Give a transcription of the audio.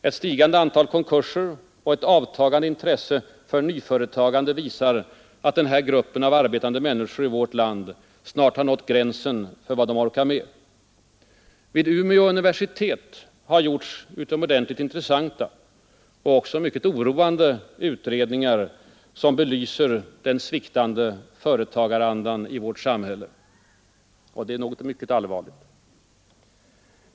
Ett stigande antal konkurser och ett avtagande intresse för nyföretagande visar att denna grupp av arbetande människor i vårt land snart har nått gränsen för vad de orkar med. Vid Umeå universitet har gjorts utomordentligt intressanta och också mycket oroande utredningar, som belyser den sviktande företagarandan i vårt samhälle — och det är något mycket allvarligt.